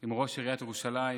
עם ראש עיריית ירושלים